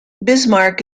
bismarck